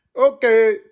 Okay